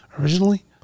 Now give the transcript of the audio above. originally